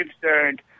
concerned